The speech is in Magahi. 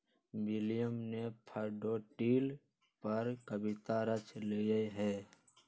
विलियम ने डैफ़ोडिल पर कविता रच लय है